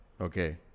Okay